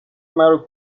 مرا